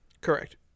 correct